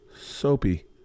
soapy